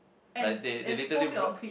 like they they literally block